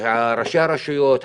ראשי הרשויות,